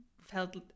felt